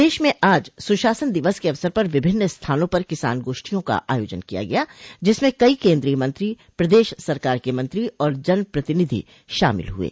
प्रदेश में आज सुशासन दिवस के अवसर पर विभिन्न स्थानों पर किसान गोष्ठियों और किसान मेलों का आयोजन किया गया जिसमें कई केन्द्रीय मंत्री प्रदेश सरकार के मंत्री और जनप्रतिनिधि शामिल हुये